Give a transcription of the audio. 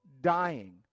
Dying